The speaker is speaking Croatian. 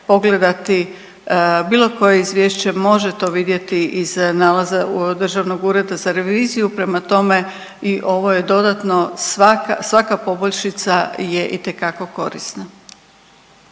pogledati bilo koje izvješće može to vidjeti iz nalaza Državnog ureda za reviziju. Prema tome i ovo je dodatno svaka, svaka poboljšica je i itekako korisna.